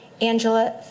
Angela